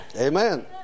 Amen